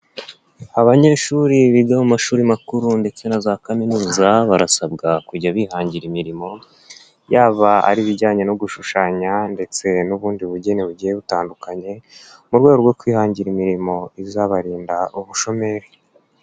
Abanyeshuri biga mu mashuri makuru ndetse na za kaminuza, barasabwa kujya bihangira imirimo, yaba ari ibijyanye no gushushanya ndetse n'ubundi bugeni bugiye butandukanye, mu rwego rwo kwihangira imirimo izabarinda ubushomeri.